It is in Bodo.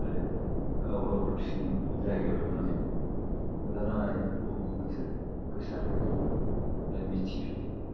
आरो गाव गावसिनि जायगायाव थांनानै दुलाराय बुहुमावनो बिसोरो गोसोरहोयो आरो मिथिहोयो